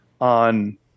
on